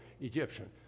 Egyptian